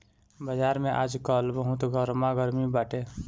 बाजार में आजकल बहुते गरमा गरमी बाटे